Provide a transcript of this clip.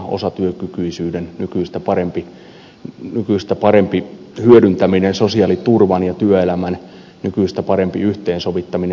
osatyökykyisyyden nykyistä parempi hyödyntäminen sosiaaliturvan ja työelämän nykyistä parempi yhteensovittaminen